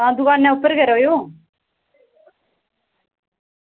आं दुकानै उप्पर गै रवेओ